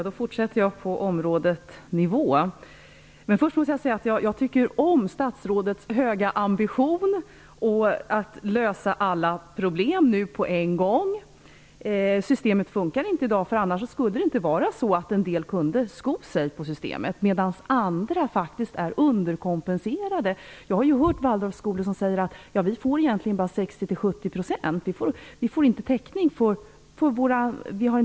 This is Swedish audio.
Herr talman! Jag vill fortsätta att tala om nivån. Först måste jag dock säga att jag tycker om statsrådets höga ambition att lösa alla problem nu på en gång. Systemet fungerar inte i dag. En del kan faktiskt sko sig på systemet medan andra är underkompenserade. Jag hört att man på vissa Waldorfskolor säger att man egentligen bara får 60 70 %. De får inte momsreducering.